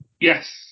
Yes